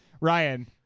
Ryan